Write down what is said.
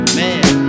man